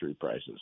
prices